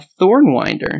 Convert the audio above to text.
thornwinder